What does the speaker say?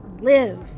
live